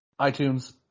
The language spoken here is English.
iTunes